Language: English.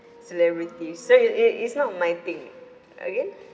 celebrity so it it is not my thing again